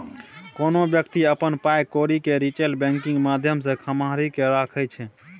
कोनो बेकती अपन पाइ कौरी केँ रिटेल बैंकिंग माध्यमसँ सम्हारि केँ राखै छै